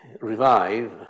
revive